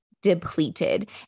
depleted